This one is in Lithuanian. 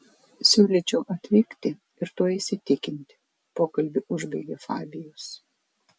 siūlyčiau atvykti ir tuo įsitikinti pokalbį užbaigė fabijus